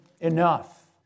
enough